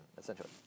essentially